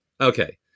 okay